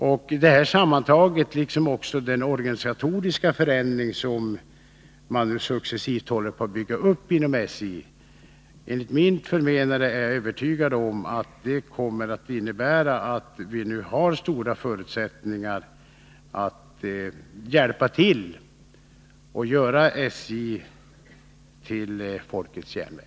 Jag är övertygad om att allt detta, tillsammans med den organisatoriska förändring som man successivt genomför inom SJ, innebär att vi nu har stora förutsättningar att medverka till att göra SJ till folkets järnväg.